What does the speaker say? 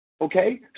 Okay